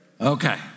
Okay